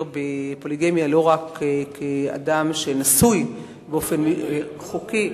כפוליגמיה לא רק כשמדובר באדם שנשוי באופן חוקי,